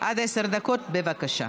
עד עשר דקות, בבקשה.